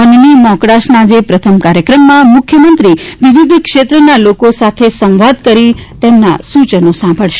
મનની મોકળાશના આજે પ્રથમ કાર્યક્રમમાં મુખ્યમંત્રી વિવિધ ક્ષેત્રના લોકો સાથે સંવાદ કરી તેમના સુચનો સાંભળશે